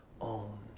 own